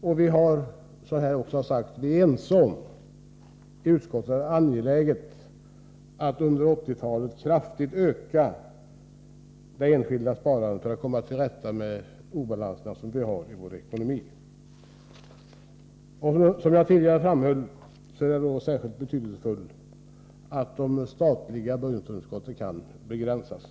Vi är i utskottet, som här också har sagts, ense om att det är angeläget att vi under 1980-talet kraftigt ökar det enskilda sparandet för att komma till rätta med obalanserna i vår ekonomi. Som jag tidigare framhöll är det då särskilt betydelsefullt att de statliga budgetunderskotten kan begränsas.